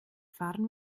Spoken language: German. fahren